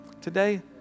Today